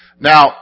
now